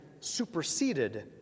superseded